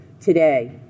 today